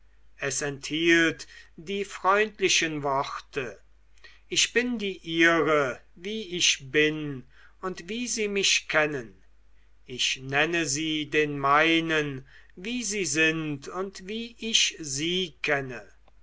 es enthielt die freundlichen worte ich bin die ihre wie ich bin und wie sie mich kennen ich nenne sie den meinen wie sie sind und wie ich sie kenne